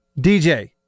DJ